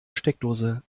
steckdose